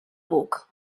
buc